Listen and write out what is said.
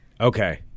Okay